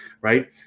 right